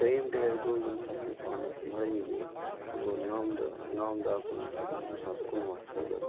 ترٛیٚیِم ڈیٹ گوٚو یمہِ ساتہٕ مےٚ پانَس مَڈے ٲسۍ سُہ گوٚو نَو دہ نَو دہ کُنوُہ شیٚتھ زٕ ساس کُنوُہ ہس مَنٛز